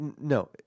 no